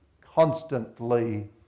constantly